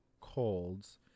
colds